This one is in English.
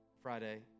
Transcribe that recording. Friday